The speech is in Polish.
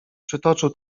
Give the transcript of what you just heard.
przytoczył